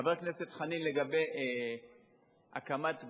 חבר הכנסת חנין, לגבי הקמת גוף,